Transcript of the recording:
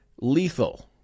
lethal